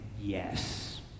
yes